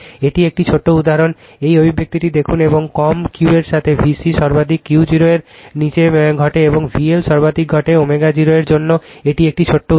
এটি একটি ছোট উদাহরণ এই অভিব্যক্তিটি দেখুন এবং কম Q এর সাথে VC সর্বাধিক ω0 এর নীচে ঘটে এবং VL সর্বাধিক ঘটে ω0 এর জন্য এটি একটি ছোট উদাহরণ